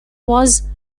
was